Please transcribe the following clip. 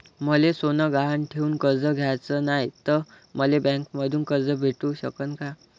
मले सोनं गहान ठेवून कर्ज घ्याचं नाय, त मले बँकेमधून कर्ज भेटू शकन का?